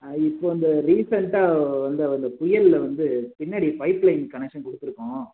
இப்போது இந்த ரீசென்ட்டாக வந்த அந்த புயலில் வந்து பின்னாடி பைப் லைன் கனெக்ஷன் கொடுத்துருக்கோம்